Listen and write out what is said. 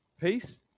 peace